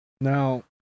Now